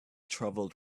travelled